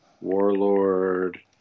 Warlord